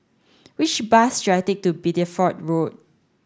which bus should I take to Bideford Road